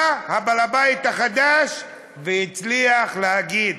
בא בעל הבית החדש והצליח להגיד: